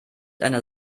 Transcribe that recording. einer